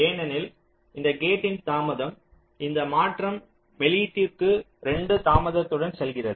ஏனெனில் இதன் கேட்டின் தாமதம் இந்த மாற்றம் வெளியீட்டிற்கு 2 தாமதத்துடன் செல்கிறது